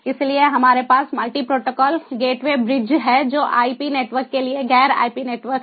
इसलिए हमारे पास मल्टी प्रोटोकॉल गेटवे ब्रिजज़ है जो आईपी नेटवर्क के लिए गैर आईपी नेटवर्क है